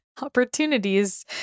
opportunities